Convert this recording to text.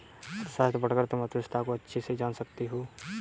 अर्थशास्त्र पढ़कर तुम अर्थव्यवस्था को अच्छे से जान सकते हो